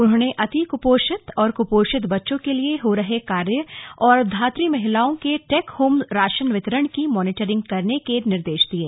उन्होंने अति कुपोषित और कुपोषित बच्चों के लिए हो रहे कार्य और धात्री महिलाओं के टेक होम राशन वितरण की मॉनिटरिंग करने के निर्देश दिये